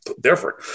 different